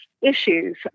issues